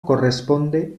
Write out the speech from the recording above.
corresponde